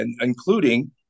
including